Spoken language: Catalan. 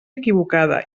equivocada